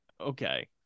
Okay